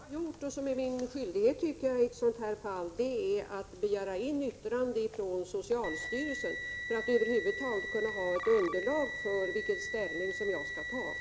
Herr talman! Vad jag har gjort, och det tycker jag är min skyldighet i ett sådant här fall, är att jag har begärt in yttrande från socialstyrelsen för att över huvud taget kunna ha ett underlag för mitt ställningstagande.